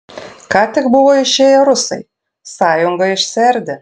ką tik buvo išėję rusai sąjunga išsiardė